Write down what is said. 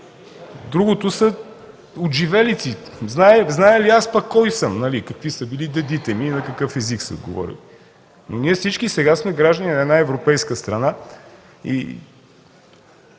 другото са отживелици. Зная ли аз пък кой съм – какви са били дедите ми и на какъв език са говорили?! Ние всички сега сме граждани на една европейска страна.